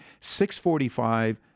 6.45